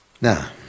Now